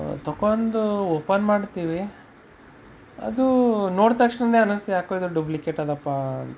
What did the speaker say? ತಗೊಂಡು ಓಪನ್ ಮಾಡ್ತೀವಿ ಅದು ನೋಡಿ ತಕ್ಷಣನೇ ಅನ್ನಿಸ್ತು ಯಾಕೋ ಇದು ಡೂಪ್ಲಿಕೇಟ್ ಅದಪ್ಪಾ ಅಂತ